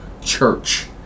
church